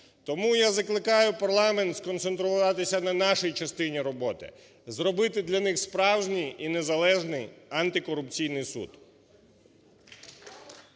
Тому я закликаю парламент сконцентруватися на нашій частині роботи. Зробити для них справжній і незалежний Антикорупційний суд.